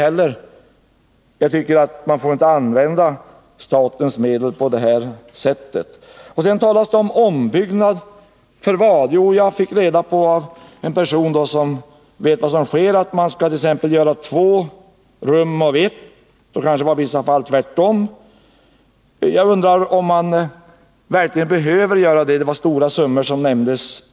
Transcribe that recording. Jag tycker att man inte skall få använda statens medel på det här sättet. Sedan talas det om ombyggnad. För vad? Av en person som vet vad som sker fick jag reda på att man t.ex. skall göra två rum av ett — och kanske i vissa fall tvärtom. Jag undrar om man verkligen behöver göra detta. Det var stora kostnader som nämndes.